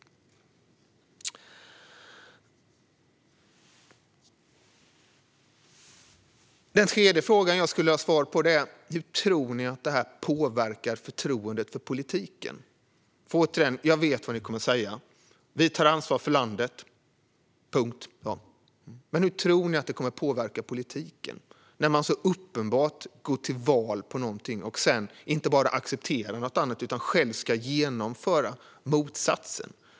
Den tredje frågan som jag skulle vilja ha svar på är: Hur tror ni att det här påverkar förtroendet för politiken? Jag vet, återigen, vad ni kommer att säga: Vi tar ansvar för landet. Punkt. Men hur tror ni att det kommer att påverka politiken när man så uppenbart går till val på någonting och sedan inte bara accepterar något annat utan själv ska genomföra motsatsen?